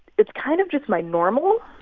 it's kind of just my normal.